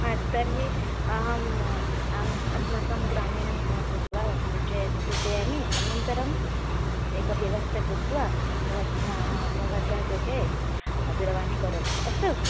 तर्हि अहम् अस्माकं ग्रामीणं कृत्वा सूचये सूचयामि अनन्तरम् एकव्यवस्थां कृत्वा भवत् भवतः कृते दूरवाणीं करोमि अस्तु